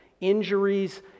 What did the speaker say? injuries